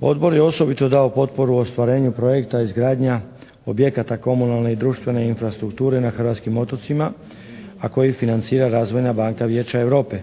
Odbor je osobito dao potporu ostvarenju projekta izgradnja objekata komunalne i društvene infrastrukture na hrvatskim otocima, a koji financira Razvojna banka Vijeća Europe.